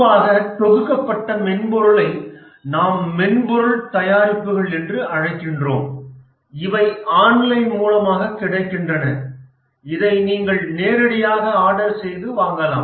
பொதுவாக தொகுக்கப்பட்ட மென்பொருளை நாம் மென்பொருள் தயாரிப்புகள் என்று அழைக்கிறோம் இவை ஆன்லைன் மூலமாக கிடைக்கின்றன இதை நீங்கள் நேரடியாக ஆர்டர் செய்து வாங்கலாம்